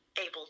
able